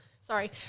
sorry